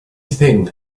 thing